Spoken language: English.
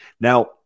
Now